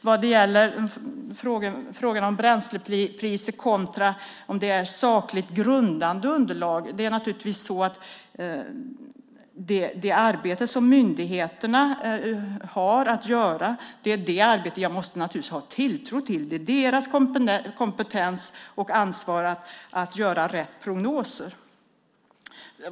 Vad gäller frågan om bränslepriser och om det är sakligt grundade underlag måste jag naturligtvis ha tilltro till det arbete som myndigheterna har att göra. Det är deras kompetens och ansvar att göra rätt prognoser.